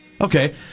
Okay